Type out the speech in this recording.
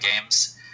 games